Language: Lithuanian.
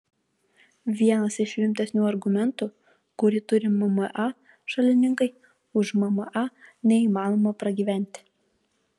vienas iš rimtesnių argumentų kurį turi mma šalininkai už mma neįmanoma pragyventi